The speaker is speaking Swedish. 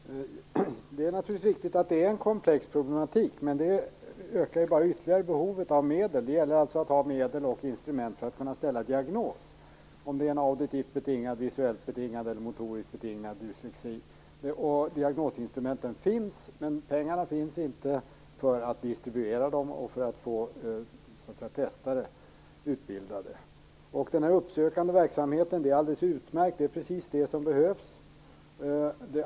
Fru talman! Det är naturligtvis riktigt att problematiken är komplex, men det ökar ju behovet av medel ytterligare. Det gäller alltså att ha medel och instrument för att kunna ställa diagnos om huruvida det är en auditivt, visuellt eller motoriskt betingad dyslexi. Diagnosinstrumenten finns, men pengarna för att distribuera dem och för att få testpersonal utbildad finns inte. Den här uppsökande verksamheten är alldeles utmärkt. Det är precis det som behövs.